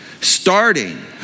starting